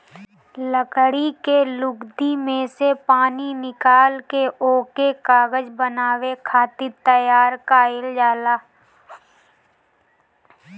लकड़ी के लुगदी में से पानी निकाल के ओके कागज बनावे खातिर तैयार कइल जाला